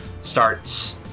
starts